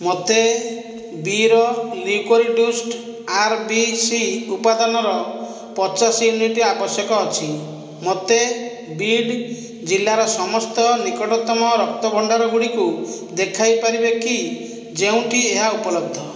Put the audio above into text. ମୋତେ ବି ର ଲିଉକୋରିଡ୍ୟୁସ୍ଡ ଆର୍ବିସି ଉପାଦାନର ପଚାଶ ୟୁନିଟ୍ ଆବଶ୍ୟକ ଅଛି ମୋତେ ବିଡ୍ ଜିଲ୍ଲାର ସମସ୍ତ ନିକଟତମ ରକ୍ତ ଭଣ୍ଡାର ଗୁଡ଼ିକୁ ଦେଖାଇ ପାରିବ କି ଯେଉଁଠି ଏହା ଉପଲବ୍ଧ